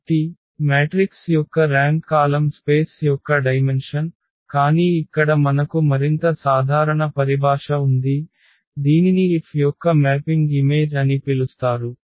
కాబట్టి మ్యాట్రిక్స్ యొక్క rank column space యొక్క డైమెన్షన్ కానీ ఇక్కడ మనకు మరింత సాధారణ పరిభాష ఉంది దీనిని F యొక్క మ్యాపింగ్ ఇమేజ్ అని పిలుస్తారు